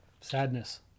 Sadness